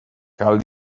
cal